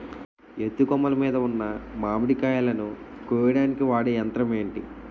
ఎత్తు కొమ్మలు మీద ఉన్న మామిడికాయలును కోయడానికి వాడే యంత్రం ఎంటి?